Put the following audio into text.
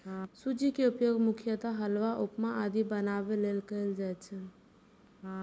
सूजी के उपयोग मुख्यतः हलवा, उपमा आदि बनाबै लेल कैल जाइ छै